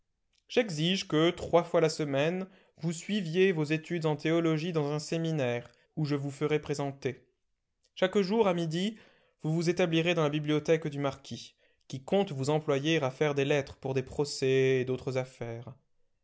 j'exige que trois fois la semaine vous suiviez vos études en théologie dans un séminaire où je vous ferai présenter chaque jour à midi vous vous établirez dans la bibliothèque du marquis qui compte vous employer à faire des lettres pour des procès et d'autres affaires